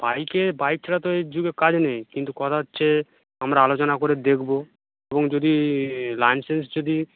বাইকে বাইক ছাড়া তো এই যুগে কাজ নেই কিন্তু কথা হচ্ছে আমরা আলোচনা করে দেখব এবং যদি লাইসেন্স যদি